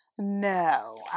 No